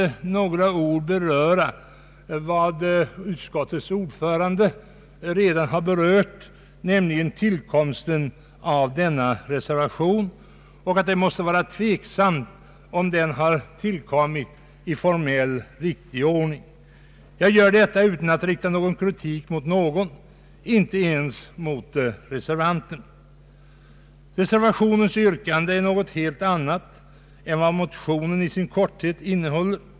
Jag vill liksom utskottsordföranden med några ord beröra tillkomsten av denna reservation. Det måste anses tveksamt om den har tillkommit i en formellt riktig ordning. Jag säger detta utan att rikta kritik mot någon, inte ens mot reservanterna. Reservationens yrkande är något helt annat än vad motionen i sin korthet innehåller.